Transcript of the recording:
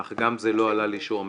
אך גם זה לא עלה לאישור הממשלה,